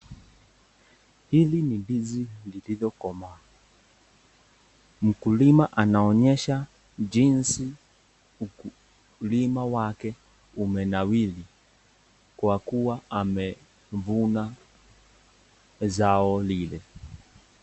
Hivi ni ndizi lililo komaa. Mkulima anaonyesha jinsi ukulima wake umenawiri kwa kuwa amevuna zao lile.